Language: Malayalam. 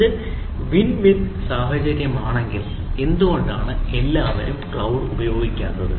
ഇത് വിൻ വിൻ സാഹചര്യമാണെങ്കിൽ എന്തുകൊണ്ടാണ് എല്ലാവരും ക്ളൌഡ് ഉപയോഗിക്കാത്തത്